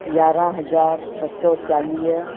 यारहं हज़ार ॿ सौ चालीह